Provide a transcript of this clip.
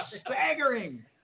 staggering